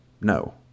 No